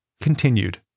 continued